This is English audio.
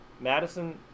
Madison